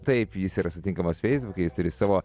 taip jis yra sutinkamas feisbuke jis turi savo